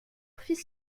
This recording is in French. fils